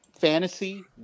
fantasy